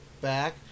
back